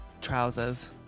trousers